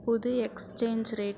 புது exchange rate